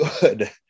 good